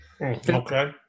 Okay